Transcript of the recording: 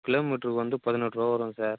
kilo மீட்டருக்கு வந்து பதினெட்டு ரூபா வரும் சார்